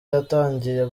yatangiye